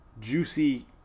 juicy